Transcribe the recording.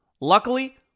Luckily